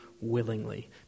willingly